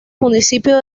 municipio